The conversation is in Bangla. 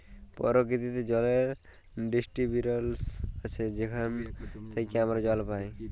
পরকিতিতে জলের ডিস্টিরিবশল আছে যেখাল থ্যাইকে আমরা জল পাই